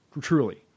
truly